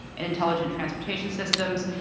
and intelligent transportation systems,